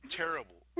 terrible